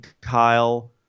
Kyle